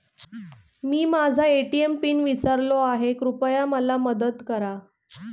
मी माझा ATM PIN विसरलो आहे, कृपया मला मदत करा